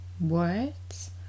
words